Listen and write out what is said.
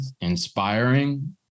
inspiring